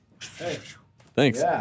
Thanks